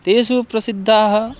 तेषु प्रसिद्धाः